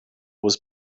was